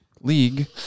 league